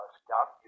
stop